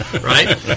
right